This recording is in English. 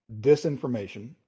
disinformation